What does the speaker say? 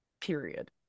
Period